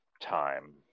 time